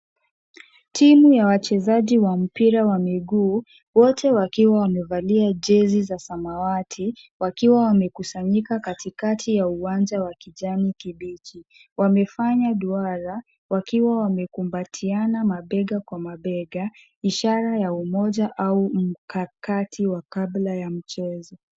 Timu ya wachezaji wa mpira wa miguu, wote wakiwa wamevalia jezi za samawati wakiwa wamekusanyika katikati ya uwanja wa kijani kibichi. Wamefanya duara wakiwa wamekumbatiana mabega kwa mabega ishara ya umoja au mkakati wa kabla ya mchezo.